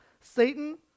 Satan